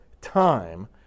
time